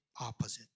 opposite